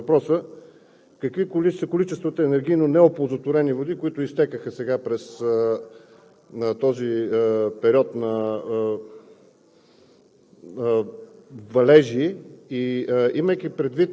статистически как изглеждат нещата, но Ви моля, конкретно да ми отговорите на въпроса: какви са количествата енергийно неоползотворени води, които изтекоха сега, през този период на